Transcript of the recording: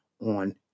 on